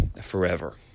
forever